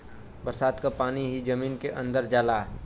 बरसात क पानी ही जमीन के अंदर जाला